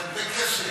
זה הרבה כסף.